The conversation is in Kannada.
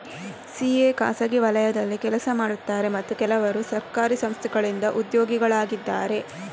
ಸಿ.ಎ ಖಾಸಗಿ ವಲಯದಲ್ಲಿ ಕೆಲಸ ಮಾಡುತ್ತಾರೆ ಮತ್ತು ಕೆಲವರು ಸರ್ಕಾರಿ ಸಂಸ್ಥೆಗಳಿಂದ ಉದ್ಯೋಗಿಗಳಾಗಿದ್ದಾರೆ